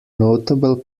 notable